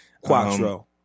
Quattro